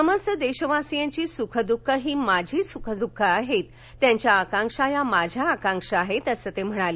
समस्त देशवासीयांची सुखं दूःखं ही माझी सुखं दूःखं आहेत त्यांच्या आकांक्षा या माझ्या आकांक्षा आहेत असं ते म्हणाले